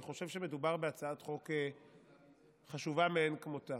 אני חושב שמדובר בהצעת חוק חשובה מאין כמותה.